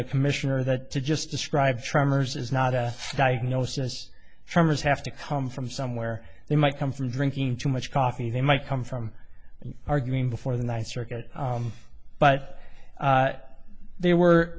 the commissioner that to just describe tremors is not a diagnosis from his have to come from somewhere they might come from drinking too much coffee they might come from arguing before the ninth circuit but they were